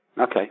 Okay